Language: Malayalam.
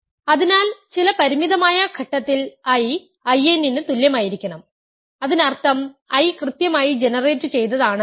അതിനാൽ ചില പരിമിതമായ ഘട്ടത്തിൽ I In ന് തുല്യമായിരിക്കണം അതിനർത്ഥം I കൃത്യമായി ജനറേറ്റുചെയ്താണെന്നാണ്